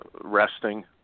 resting